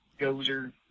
gozer